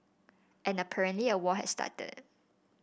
and apparently a war has started